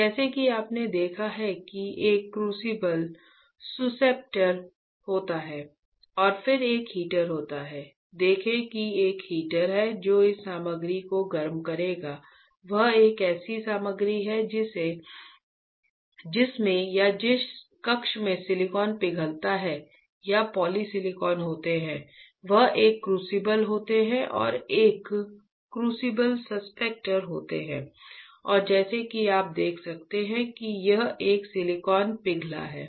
जैसा कि आपने देखा है कि एक क्रूसिबल सुसेप्टर होता है और जैसा कि आप देख सकते हैं कि यह एक सिलिकॉन पिघला है